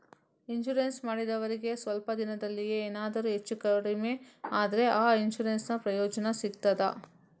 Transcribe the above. Insurance ಮಾಡಿದವರಿಗೆ ಸ್ವಲ್ಪ ದಿನದಲ್ಲಿಯೇ ಎನಾದರೂ ಹೆಚ್ಚು ಕಡಿಮೆ ಆದ್ರೆ ಆ ಇನ್ಸೂರೆನ್ಸ್ ನ ಪ್ರಯೋಜನ ಸಿಗ್ತದ?